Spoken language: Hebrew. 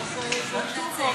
אדוני השר.